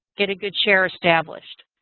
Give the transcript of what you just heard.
get a good share established.